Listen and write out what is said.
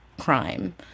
crime